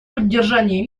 поддержания